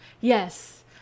yes